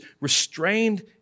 restrained